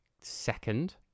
second